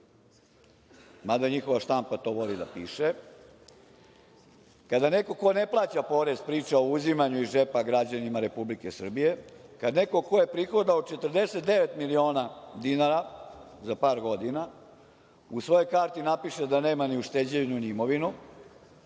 mada njihova štampa to voli da piše, kada neko ko ne plaća porez, priča o uzimanju iz džepa građanima Republike Srbije, kad neko ko je prihodovao 49 miliona dinara za par godina, u svojoj karti napiše da nema ni ušteđevinu ni imovinu,